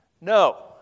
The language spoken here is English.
No